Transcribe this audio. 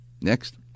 Next